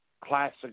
classic